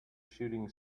shooting